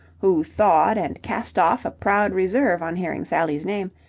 who thawed and cast off a proud reserve on hearing sally's name,